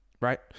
Right